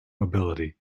mobility